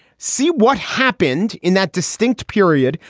see what happened in that distinct period,